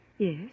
Yes